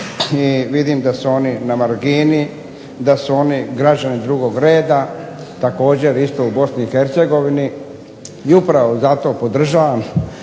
i vidim da su oni na margini, da su oni građani drugog reda, također isto u BiH, i upravo zato podržavam